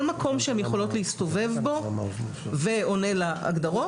כל מקום שהן יכולות להסתובב בו ועונה להגדרות,